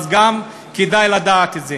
אז גם כדאי לדעת את זה,